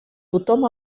tothom